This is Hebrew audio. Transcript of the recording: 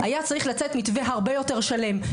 שהיה צריך לצאת מתווה הרבה יותר שלם,